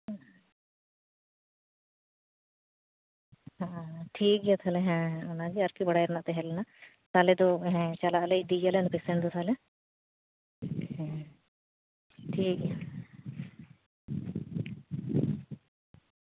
ᱟᱪᱪᱷᱟ ᱴᱷᱤᱠᱜᱮᱭᱟ ᱛᱟᱦᱞᱮ ᱚᱱᱟᱜᱮ ᱟᱨᱠᱤ ᱵᱟᱲᱟᱭ ᱨᱮᱱᱟᱜ ᱛᱟᱦᱮᱸᱞᱮᱱᱟ ᱛᱟᱦᱞᱮ ᱫᱚ ᱦᱮᱸ ᱪᱟᱞᱟᱜ ᱟᱞᱮ ᱤᱫᱤᱭᱮᱭᱟᱞᱮ ᱯᱮᱥᱮᱱ ᱫᱚ ᱛᱟᱦᱞᱮ ᱦᱮᱸ ᱴᱷᱤᱠᱜᱮᱭᱟ